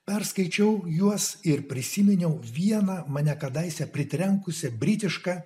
perskaičiau juos ir prisiminiau vieną mane kadaise pritrenkusią britišką